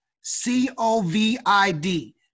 C-O-V-I-D